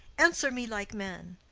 answer me like men.